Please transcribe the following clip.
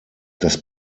das